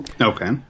Okay